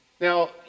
Now